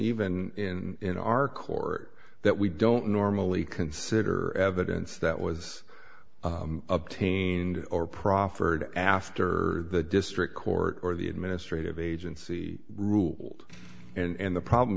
even in our court that we don't normally consider evidence that was obtained or proffered after the district court or the administrative agency ruled and the problem